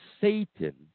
Satan